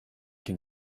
can